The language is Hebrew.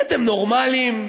אתם נורמליים?